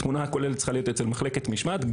תמונה כוללת צריכה להיות אצל מחלקת משמעת.